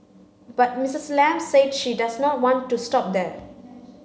but Mrs Lam said she does not want to stop there